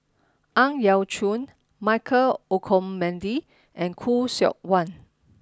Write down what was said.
Ang Yau Choon Michael Olcomendy and Khoo Seok Wan